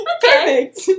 Perfect